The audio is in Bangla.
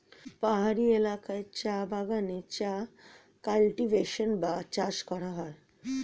পাহাড়ি এলাকায় চা বাগানে চা কাল্টিভেশন বা চাষ করা হয়